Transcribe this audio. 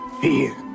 fear